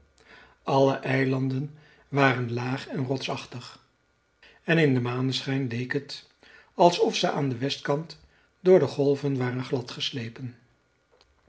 alle eilanden waren laag en rotsachtig en in den maneschijn leek het alsof ze aan den westkant door de golven waren